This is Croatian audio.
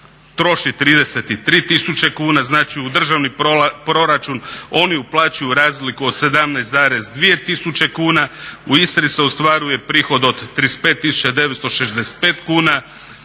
troši 33000 kuna, znači u državni proračun oni uplaćuju razliku od 17,2 tisuće kuna, u Istri se ostvaruje prihod od 35965 kuna,